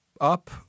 up